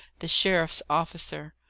the sheriff's officer.